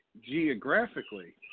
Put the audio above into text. geographically